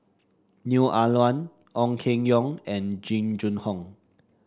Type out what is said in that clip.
Neo Ah Luan Ong Keng Yong and Jing Jun Hong